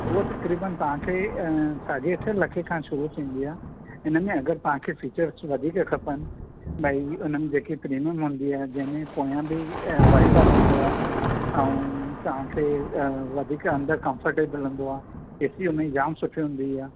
उहो त करीबनि तव्हां खे साढी अठे लखे खां शुरू थींदी आहे हिन में अगरि तव्हां खे फीचर्स वधीक खपनि भई हुन में जेकी प्रीमियम हूंदी आहे जंहिं में पोयां बि वाइपर रहंदो आहे अऊं तव्हां खे वधीक अंदरि कम्फरटेबल हूंदो आहे ऐ सी हुन जी जाम सुठी हूंदी आहे